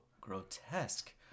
grotesque